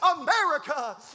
America